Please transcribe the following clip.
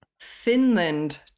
Finland